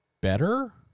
better